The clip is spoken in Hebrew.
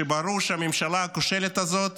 שברור שהממשלה הכושלת הזאת